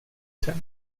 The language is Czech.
sem